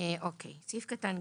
(ג)